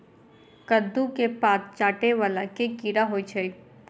कद्दू केँ पात चाटय वला केँ कीड़ा होइ छै?